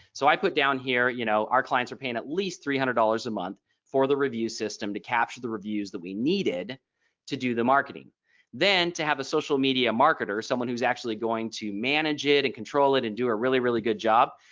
so i put down here you know our clients are paying at least three hundred dollars a month for the review system to capture the reviews that we needed to do the marketing then to have a social media marketer someone who's actually going to manage it and control it and do a really, really good good job.